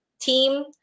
team